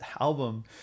album